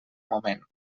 moment